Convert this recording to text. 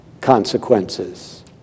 consequences